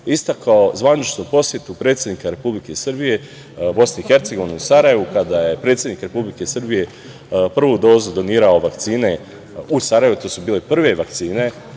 istakao zvaničnu posetu predsednika Republike Srbije Bosni i Hercegovini u Sarajevu, kada je predsednik Republike Srbije prvo dozu donirao vakcine u Sarajevu. To su bile prve vakcine.